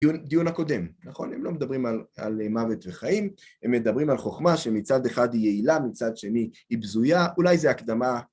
דיון הקודם, נכון? הם לא מדברים על מוות וחיים, הם מדברים על חוכמה שמצד אחד היא יעילה, מצד שני היא בזויה, אולי זה הקדמה.